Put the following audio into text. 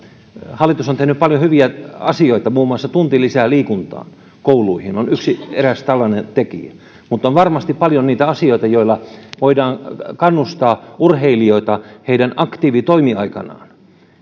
hallitus on tehnyt paljon hyviä asioita muun muassa tunti lisää liikuntaa kouluihin on eräs tällainen tekijä mutta on varmasti paljon asioita joilla voidaan kannustaa urheilijoita heidän aktiivitoimiaikanaan